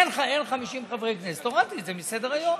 אין 50 חברי כנסת, הורדתי את זה מסדר-היום.